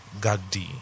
Gagdi